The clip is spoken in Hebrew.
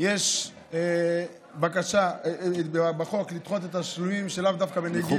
יש בקשה לדחות את התשלומים שלאו דווקא בנגיף הקורונה,